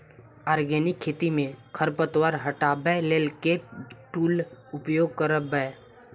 Organic खेती मे खरपतवार हटाबै लेल केँ टूल उपयोग करबै?